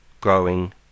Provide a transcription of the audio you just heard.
growing